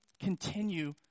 continue